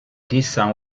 dessin